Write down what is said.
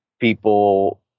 people